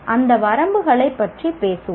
அந்த வரம்புகளைப் பற்றி பேசுவோம்